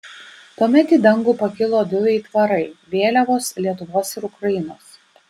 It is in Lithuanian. tuomet į dangų pakilo du aitvarai vėliavos lietuvos ir ukrainos